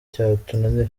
cyatunanira